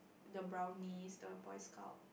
the Brownies the Boys Scout